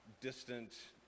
distant